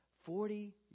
Forty